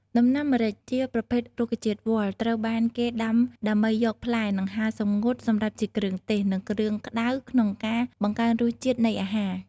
ដំណាំម្រេចជាប្រភេទរុក្ខជាតិវល្លិ ហើយត្រូវបានគេដាំដើម្បីយកផ្លែ និងហាលសម្ងួតសម្រាប់ជាគ្រឿងទេស និងគ្រឿងក្ដៅក្នុងការ បង្កើនរសជាតិនៃអាហារ។